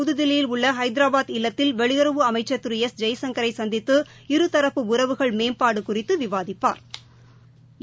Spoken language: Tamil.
புதுதில்லியில் உள்ளஹைதராபாத் இல்லத்தில் வெளியுறவு அமைச்சர் திரு இவர் எஸ் ஜெய்சங்கரைசந்தித்து இருதரப்பு உறவுகள் மேம்பாடுகுறித்துவிவாதிப்பாா்